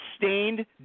sustained